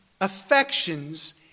affections